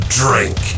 drink